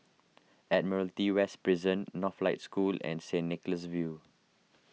Admiralty West Prison Northlight School and Saint Nicholas View